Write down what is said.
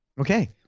Okay